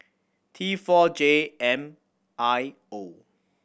T four J M I O